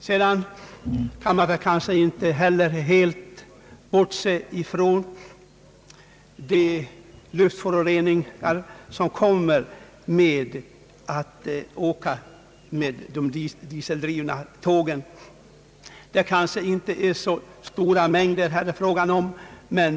Vidare kan man nog inte helt bortse från de luftföroreningar som förorsakas av de dieseldrivna tågen. Föroreningarna kanske inte är så svåra utefter banan.